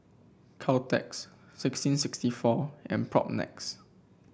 Caltex sixteen sixty four and Propnex